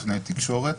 נתוני תקשורת),